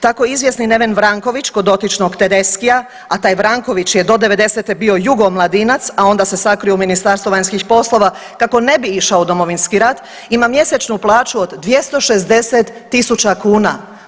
Tako izvjesni Neven Vranković kod dotičnog Tedeschija a taj Vranković je do 90-te bio jugo omladinac, a onda se sakrio u Ministarstvo vanjskih poslova, kako ne bi išao u Domovinski rat, ima mjesečnu plaću od 260 000 kuna.